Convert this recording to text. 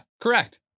correct